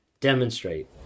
demonstrate